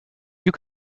you